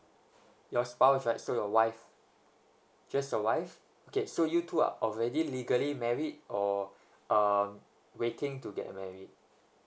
your spouse right so your wife just your wife okay so you two are already legally married or um waiting to get married